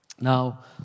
Now